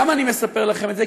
למה אני מספר לכם את זה,